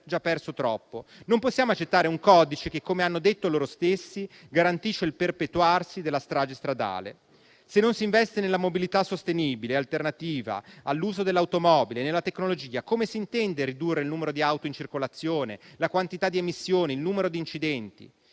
Non possiamo accettare un codice che, come hanno detto loro stessi, garantisce il perpetuarsi della strage stradale. Se non si investe nella mobilità sostenibile e alternativa all'uso dell'automobile e nella tecnologia, come si intende ridurre il numero di auto in circolazione, la quantità di emissioni, il numero di incidenti?